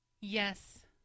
Yes